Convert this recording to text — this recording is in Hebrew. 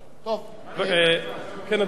המדינה (תיקון,